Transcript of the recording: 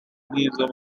nk’izo